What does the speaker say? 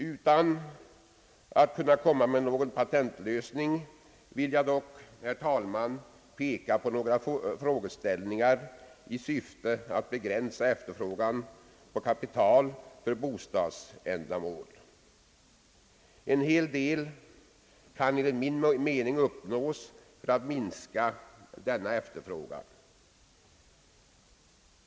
Utan att kunna komma med någon patentlösning vill jag peka på några frågeställningar i syfte att begränsa efterfrågan på kapital för bostadsändamål. En hel del kan enligt min mening uppnås för att minska denna efterfrågan.